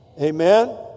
Amen